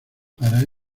para